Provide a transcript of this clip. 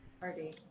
Party